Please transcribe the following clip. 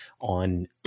on